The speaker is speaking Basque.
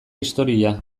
historia